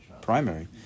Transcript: primary